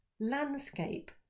landscape